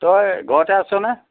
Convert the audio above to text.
তই ঘৰতে আছ নে